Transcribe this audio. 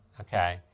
okay